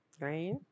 right